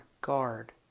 guard